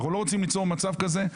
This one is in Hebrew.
אנחנו לא רוצים ליצור מצב כזה.